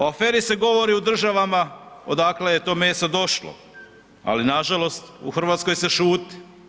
O aferi se govori u državama odakle je to meso došlo, ali nažalost u Hrvatskoj se šuti.